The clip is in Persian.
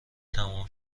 تمام